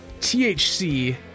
THC